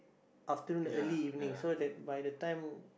afternoon early evening so that by the time